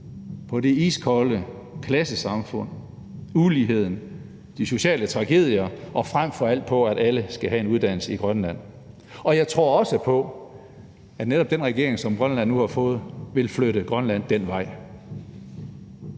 på det iskolde klassesamfund, uligheden, de sociale tragedier og frem for alt på, at alle skal have en uddannelse i Grønland. Jeg tror også på, at netop den regering, som Grønland nu har fået, vil flytte Grønland den vej.